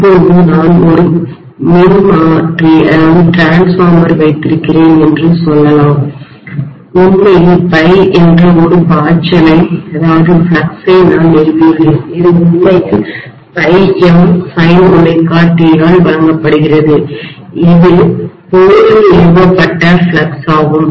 இப்போது நான் ஒரு மின்மாற்றிடிரான்ஸ்ஃபார்மர் வைத்திருக்கிறேன் என்று சொல்லலாம் உண்மையில் ∅ என்று ஒரு பாய்ச்சலைஃப்ளக்ஸ் ஐ நான் நிறுவியுள்ளேன் இது உண்மையில் ∅msin ωt ஆல் வழங்கப்படுகிறது இது மையத்தில்கோரில் நிறுவப்பட்ட ஃப்ளக்ஸ் ஆகும்